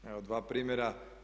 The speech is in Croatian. Evo dva primjera.